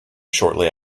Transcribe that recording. shortly